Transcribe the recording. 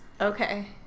Okay